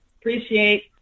appreciate